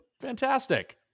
Fantastic